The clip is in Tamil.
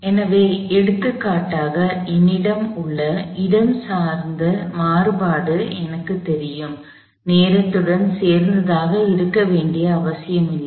எனவே எடுத்துக்காட்டாக என்னிடம் உள்ள இடஞ்சார்ந்த மாறுபாடு எனக்கு தெரியும் நேரத்துடன் சேர்ந்ததாக இருக்க வேண்டிய அவசியமில்லை